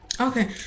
okay